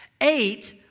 Eight